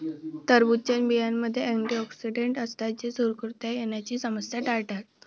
टरबूजच्या बियांमध्ये अँटिऑक्सिडेंट असतात जे सुरकुत्या येण्याची समस्या टाळतात